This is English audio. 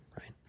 right